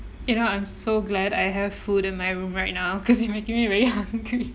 you know I'm so glad I have food in my room right now cause you're making me very hungry